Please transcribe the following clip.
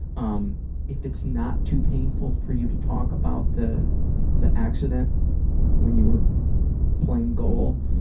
um if it's not too painful for you to talk about the the accident when you were playing goal,